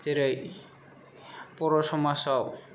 जेरै बर' समाजाव